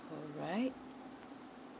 alright